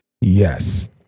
Yes